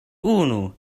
unu